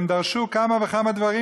הם דרשו כמה וכמה דברים,